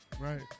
right